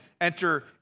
enter